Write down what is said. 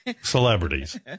celebrities